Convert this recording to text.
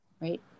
right